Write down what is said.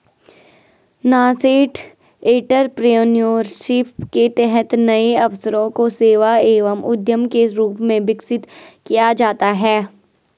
nascent entrepreneurship के तहत नए अवसरों को सेवा एवं उद्यम के रूप में विकसित किया जाता है